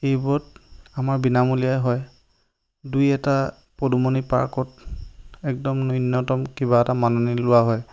এইবোৰত আমাৰ বিনামূলীয়া হয় দুই এটা পদুমণি পাৰ্কত একদম ন্যূনতম কিবা এটা মাননি লোৱা হয়